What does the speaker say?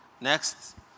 Next